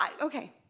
Okay